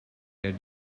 had